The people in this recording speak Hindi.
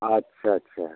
अच्छा अच्छा